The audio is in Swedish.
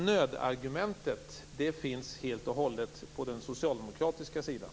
Nödargumentet finns helt och hållet på den socialdemokratiska sidan.